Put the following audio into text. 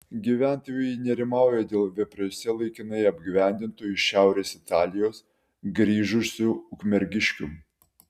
gyventojai nerimauja dėl vepriuose laikinai apgyvendintų iš šiaurės italijos grįžusių ukmergiškių